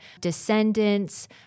descendants